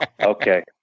Okay